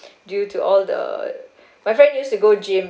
due to all the my friend used to go gym